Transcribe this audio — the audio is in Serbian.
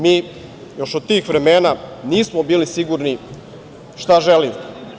Mi još od tih vremena nismo bili sigurni šta želimo.